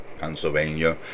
Pennsylvania